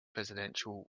presidential